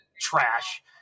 trash